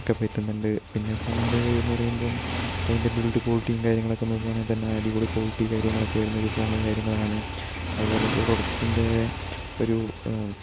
ക്കെ പറ്റുന്നുണ്ട് പിന്നെ ഫോണിന്റെ എന്ന് പറയുമ്പം അതിന്റെ ബില്ഡ് കോളിറ്റി കാര്യങ്ങളൊക്കെ നോക്കുകയാണെ തന്നെ അടിപൊളി കോളിറ്റി കാര്യങ്ങളൊക്കെ വരുന്ന ഫോൺ കാര്യങ്ങളാണ് അതുപോലെ പ്രൊഡക്റ്റിൻ്റെ ഒരു